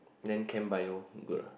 then chem bio good ah